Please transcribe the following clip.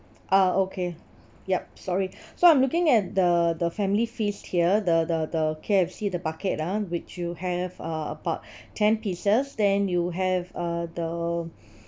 ah okay yup sorry so I'm looking at the the family feast here the the the K_F_C the bucket ah which you have uh about ten pieces then you have uh the